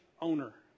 owner